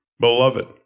Beloved